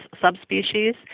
subspecies